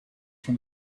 from